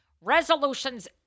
Resolutions